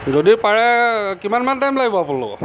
যদি পাৰে কিমানমান টাইম লাগিব আপোনালোকৰ